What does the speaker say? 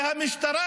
המשטרה